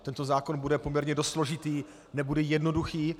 Tento zákon bude poměrně dost složitý, nebude jednoduchý.